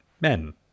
men